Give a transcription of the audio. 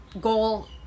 goal